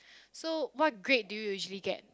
so what grade do you usually get